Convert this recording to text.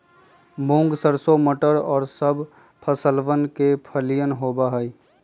मूंग, सरसों, मटर और सब फसलवन के फलियन होबा हई